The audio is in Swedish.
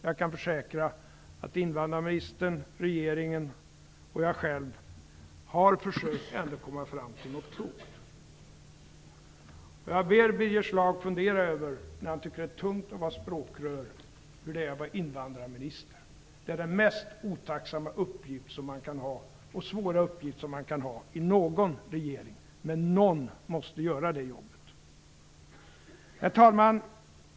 Jag kan försäkra att invandrarministern, regeringen och jag själv har försökt att komma fram till något klokt. Birger Schlaug tycker att det är tungt att vara språkrör. Jag ber honom fundera över hur det är att vara invandrarminister. Det är den mest otacksamma och svåra uppgift som man kan ha i någon regering, men någon måste göra det jobbet. Herr talman!